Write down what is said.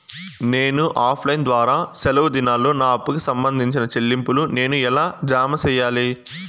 నేను offline ద్వారా సెలవు దినాల్లో నా అప్పుకి సంబంధించిన చెల్లింపులు నేను ఎలా జామ సెయ్యాలి?